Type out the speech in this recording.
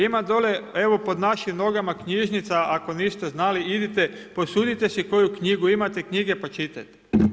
Ima dole, evo pod našim nogama knjižnica, ako niste znali, idite, posudite si koju knjigu, imate knjige pa čitajte.